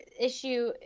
issue